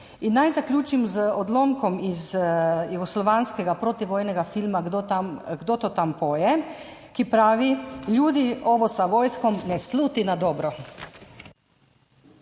Naj zaključim z odlomkom iz jugoslovanskega protivojnega filma Kdo tam poje, ki pravi: »Ljudi, ovo sa vojskom ne sluti na dobro.«